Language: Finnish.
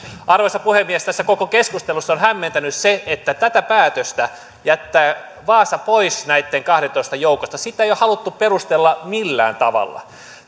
arvoisa puhemies tässä koko keskustelussa on hämmentänyt se että tätä päätöstä jättää vaasa pois näitten kahdentoista joukosta ei ole haluttu perustella millään tavalla